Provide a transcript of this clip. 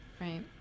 right